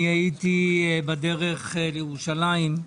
אני הייתי בדרך לירושלים.